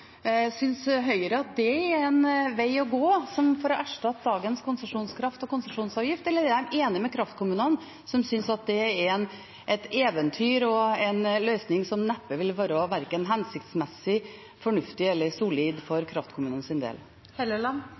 Synes Høyre det er en vei å gå for å erstatte dagens konsesjonskraft og konsesjonsavgift, eller er man enig med kraftkommunene, som synes at det er et eventyr og en løsning som neppe vil være verken hensiktsmessig, fornuftig eller solid for